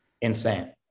insane